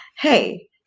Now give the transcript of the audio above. hey